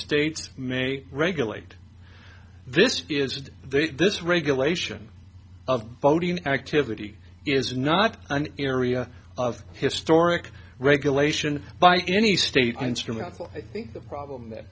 states may regulate this is just this regulation of voting activity is not an area of historic regulation by any state unsurmountable i think the problem that